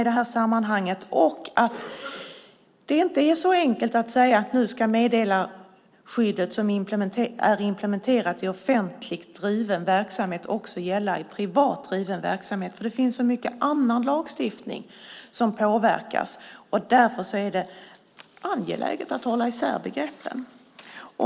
Det är inte så enkelt att säga att det meddelarskydd som är implementerat i offentligt driven verksamhet också ska gälla i privat driven verksamhet, för det finns så mycket annan lagstiftning som påverkas. Därför är det angeläget att hålla isär begreppen.